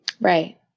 Right